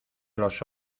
los